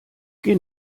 geh